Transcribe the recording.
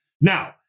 now